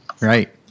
Right